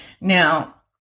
Now